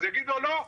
אז יגידו לו: לא,